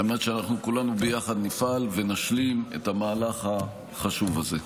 מנת שאנחנו כולנו ביחד נפעל ונשלים את המהלך החשוב הזה.